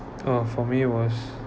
for me was